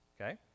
Okay